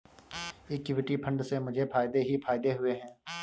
equity fund से मुझे फ़ायदे ही फ़ायदे हुए हैं